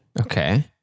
Okay